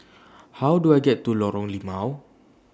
How Do I get to Lorong Limau